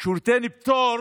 שהוא ייתן פטור